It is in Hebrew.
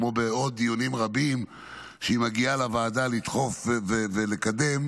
כמו בדיונים רבים שהיא מגיעה לדחוף ולקדם,